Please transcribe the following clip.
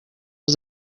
was